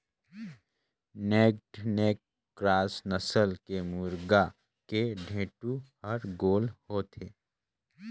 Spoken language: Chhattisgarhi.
नैक्ड नैक क्रास नसल के मुरगा के ढेंटू हर गोल होथे